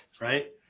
right